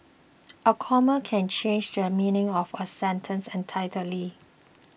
a comma can change the meaning of a sentence entirely